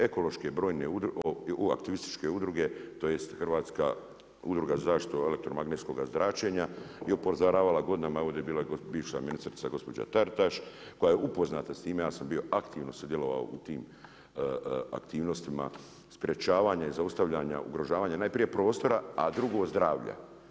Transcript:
Ekološke brojne aktivističke udruge, tj. Hrvatska udruga zaštitu elektromagnetskoga zračenja je upozoravala godinama, ovdje je bila i bivša ministrica gospođa Taritaš, koja je upoznata s time, ja sam bio aktivno sudjelovao u tim aktivnostima, sprječavanja i zaustavljanja, ugrožavanja, najprije prostora, a drugo zdravlja.